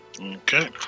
Okay